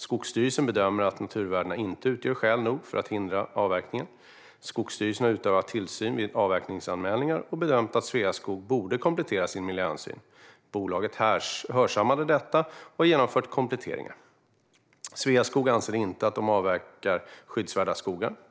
Skogsstyrelsen bedömer att naturvärdena inte utgör skäl nog för att hindra avverkning. Skogsstyrelsen har utövat tillsyn vid avverkningsanmälningar och bedömt att Sveaskog borde komplettera sin miljöhänsyn. Bolaget hörsammade detta och har genomfört kompletteringar. Sveaskog anser inte att de avverkar skyddsvärda skogar.